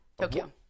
Tokyo